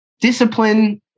discipline